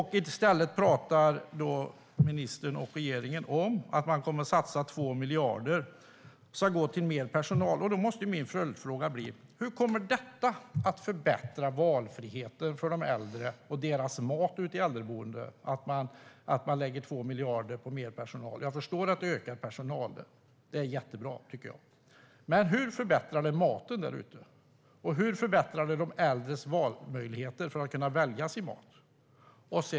I stället pratar ministern och regeringen om att man kommer att satsa 2 miljarder som ska gå till mer personal. Då måste min följdfråga bli: Hur kommer 2 miljarder till mer personal att förbättra maten och valfriheten för de äldre ute på äldreboendena? Jag förstår att det ökar personalantalet, och det tycker jag är jättebra, men hur förbättrar det maten därute? Hur förbättrar det de äldres möjlighet att välja sin mat?